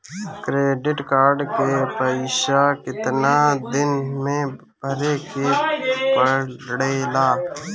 Credit card के पइसा कितना दिन में भरे के पड़ेला?